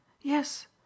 Yes